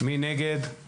מי נגד?